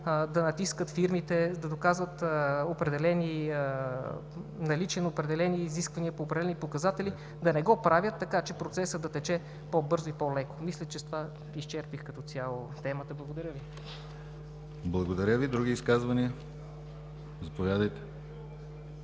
да натискат фирмите да доказват наличие на определени изисквания по конкретни показатели, да не го правят, така че процесът да тече по-бързо и по-леко. Мисля, че с това изчерпах като цяло темата. Благодаря Ви. ПРЕДСЕДАТЕЛ ДИМИТЪР ГЛАВЧЕВ: Благодаря Ви. Други изказвания? Заповядайте.